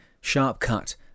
sharp-cut